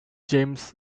james